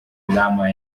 lama